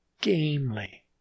gamely